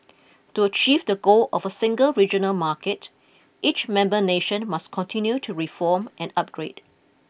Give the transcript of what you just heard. to achieve the goal of a single regional market each member nation must continue to reform and upgrade